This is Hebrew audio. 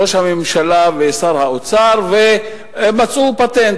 ראש הממשלה ושר האוצר, ומצאו פטנט.